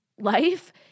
life